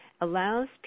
allows